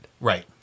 Right